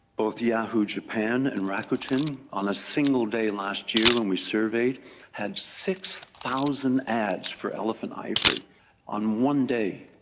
both yahoo japan and rakuten on a single day last year when we surveyed had six thousand ads for elephant ivory on one day.